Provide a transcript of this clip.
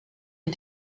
des